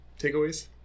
takeaways